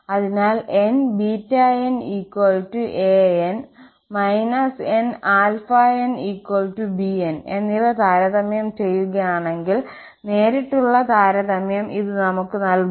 അതിനാൽ n βnan −nαnbn എന്നിവ താരതമ്യം ചെയ്യുകയാണെങ്കിൽ നേരിട്ടുള്ള താരതമ്യം ഇത് നമുക്ക് നൽകുന്നു